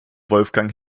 wolfgang